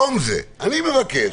אני מבקש